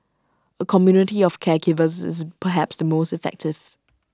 A community of caregivers is perhaps the most effective